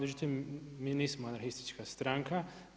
Međutim, mi nismo anarhistička stranka.